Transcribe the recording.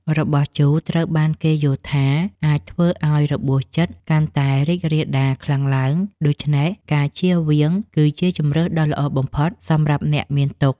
របស់ជូរត្រូវបានគេយល់ថាអាចធ្វើឱ្យរបួសចិត្តកាន់តែរីករាលដាលខ្លាំងឡើង ដូច្នេះការជៀសវាងវាគឺជាជម្រើសដ៏ល្អបំផុតសម្រាប់អ្នកមានទុក្ខ។